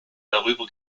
darüber